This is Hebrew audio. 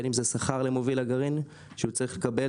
בין אם זה שכר למוביל הגרעין שהוא צריך לקבל.